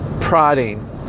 prodding